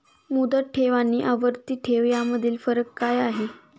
मुदत ठेव आणि आवर्ती ठेव यामधील फरक काय आहे?